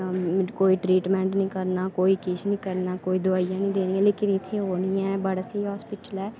कोई ट्रीटमैंट नी करना कोई किश नी करना कोई दोआइयां नी देनियां लेकिन इत्थै ओह् नी ऐ बड़ा स्हेई हास्पिटल ऐ